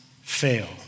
fail